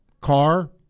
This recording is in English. car